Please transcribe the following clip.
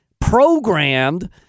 programmed